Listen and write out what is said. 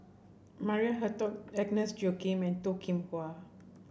Maria Hertogh Agnes Joaquim and Toh Kim Hwa